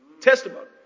testimony